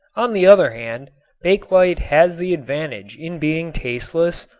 on the other hand bakelite has the advantage in being tasteless,